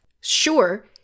sure